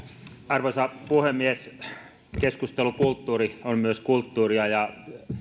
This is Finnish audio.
arvoisa puhemies keskustelukulttuuri on myös kulttuuria ja